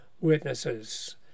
witnesses